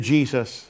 Jesus